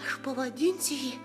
aš pavadinsiu jį